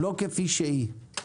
לא כפי שהיא.